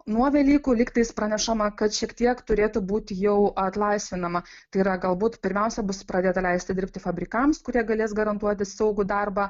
nuo velykų lygtais pranešama kad šiek tiek turėtų būti jau atlaisvinama tai yra galbūt pirmiausia bus pradėta leisti dirbti fabrikams kurie galės garantuoti saugų darbą